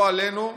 לא עלינו,